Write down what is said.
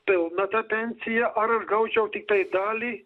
pilną tą pensiją ar aš gaučiau tiktai dalį